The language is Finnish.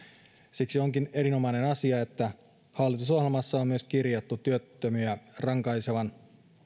siksi onkin erinomainen asia että hallitusohjelmassa on myös kirjattu työttömiä rankaisevan